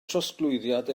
trosglwyddiad